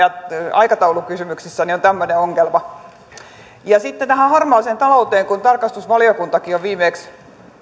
aikataulukysymyksessäni on tämmöinen ongelma sitten tähän harmaaseen talouteen kun tarkastusvaliokuntakin on jo viimeksi